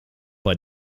bei